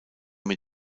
mit